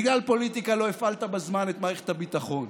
בגלל פוליטיקה לא הפעלת בזמן את מערכת הביטחון,